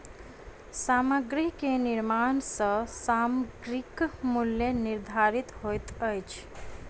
सामग्री के निर्माण सॅ सामग्रीक मूल्य निर्धारित होइत अछि